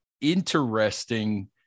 interesting